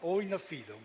o in affido.